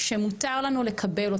שמותר לנו לקבל אותם.